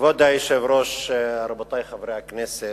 כבוד היושב-ראש, רבותי חברי הכנסת,